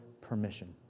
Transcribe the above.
permission